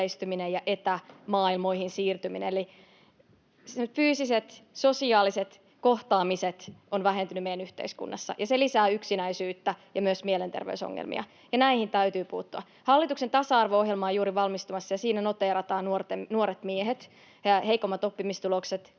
ja etämaailmoihin siirtyminen. Eli fyysiset, sosiaaliset kohtaamiset ovat vähentyneet meidän yhteiskunnassa, ja se lisää yksinäisyyttä ja myös mielenterveysongelmia, ja näihin täytyy puuttua. Hallituksen tasa-arvo-ohjelma on juuri valmistumassa, ja siinä noteerataan nuorten miesten heikommat oppimistulokset,